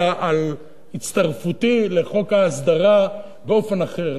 על הצטרפותי לחוק ההסדרה באופן אחר,